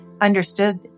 understood